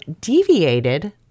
deviated